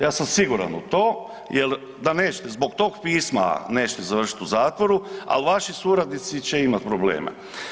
Ja sam siguran u to jer da nećete zbog tog pisma nećete završiti u zatvoru, ali vaši suradnici će imati probleme.